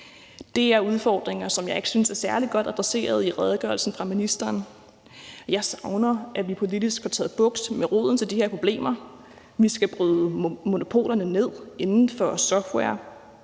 det er udfordringer, som jeg ikke synes er særlig godt adresseret i redegørelsen fra ministeren, og jeg savner, at vi politisk får bugt med roden til de her problemer. Vi skal bryde monopolerne ned inden for software,